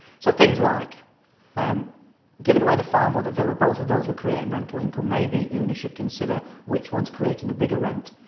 so things like and giving away the farm or the villa. both of those were creating rental income. maybe una should consider which one's creating a bigger rent.